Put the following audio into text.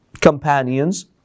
companions